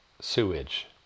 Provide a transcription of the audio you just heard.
sewage